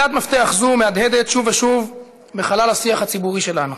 שאלת מפתח זו מהדהדת שוב ושוב בחלל השיח הציבורי שלנו.